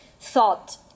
thought